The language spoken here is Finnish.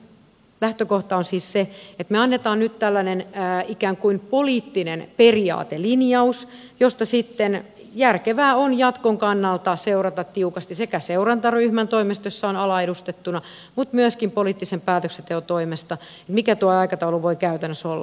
lähtökohta on siis se että me annamme nyt tällaisen ikään kuin poliittisen periaatelinjauksen josta sitten järkevää on jatkon kannalta seurata tiukasti sekä seurantaryhmän toimesta jossa on ala edustettuna että myöskin poliittisen päätöksenteon toimesta mikä tuo aikataulu voi käytännössä olla